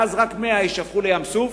ואז רק 100 מיליון יישפכו לים-סוף.